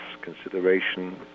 consideration